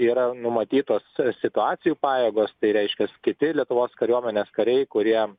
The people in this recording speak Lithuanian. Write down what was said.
yra numatytos situacijų pajėgos tai reiškias kiti lietuvos kariuomenės kariai kurie